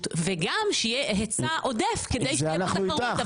וגם שיהיה היצע עודף כדי שתהיה פה תחרות.